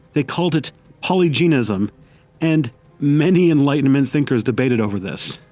they called it polygenism and many enlightenment thinkers debated over this.